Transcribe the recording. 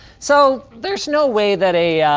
so there's no way that a